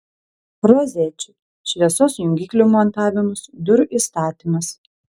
rozečių šviesos jungiklių montavimas durų įstatymas